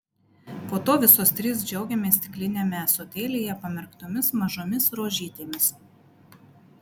po to visos trys džiaugiamės stikliniame ąsotėlyje pamerktomis mažomis rožytėmis